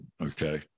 okay